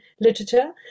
literature